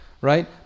right